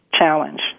challenge